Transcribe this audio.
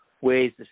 ways